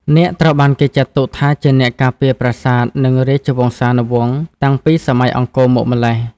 នាគត្រូវបានគេចាត់ទុកថាជាអ្នកការពារប្រាសាទនិងរាជវង្សានុវង្សតាំងពីសម័យអង្គរមកម្ល៉េះ។